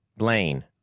blane,